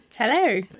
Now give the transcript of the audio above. Hello